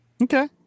Okay